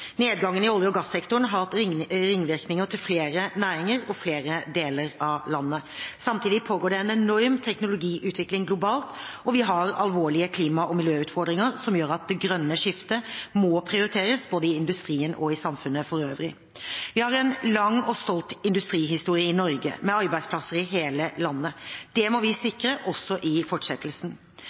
Nedgangen i olje- og gassektoren har hatt ringvirkninger til flere næringer og flere deler av landet. Samtidig pågår det en enorm teknologiutvikling globalt, og vi har alvorlige klima- og miljøutfordringer, som gjør at det grønne skiftet må prioriteres både i industrien og i samfunnet for øvrig. Vi har en lang og stolt industrihistorie i Norge, med arbeidsplasser i hele landet. Det må vi sikre også i fortsettelsen.